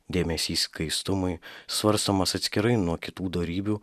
dėmesys skaistumui svarstomas atskirai nuo kitų dorybių